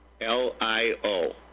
L-I-O